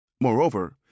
Moreover